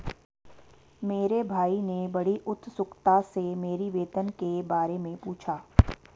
मेरे भाई ने बड़ी उत्सुकता से मेरी वेतन के बारे मे पूछा